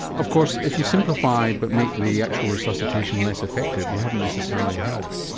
of course if you simplify but make the actual resuscitation less effective, you haven't necessarily helped.